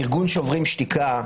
ארגון שוברים שתיקה,